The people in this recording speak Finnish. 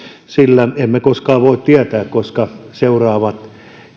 sillä emme koskaan voi tietää koska seuraavat